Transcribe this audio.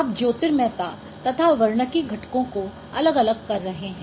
आप ज्योतिर्मयता तथा वर्णकी घटकों को अलग अलग कर रहे हैं